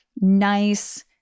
nice